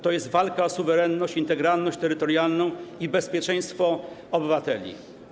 To jest walka o suwerenność, integralność terytorialną i bezpieczeństwo obywateli.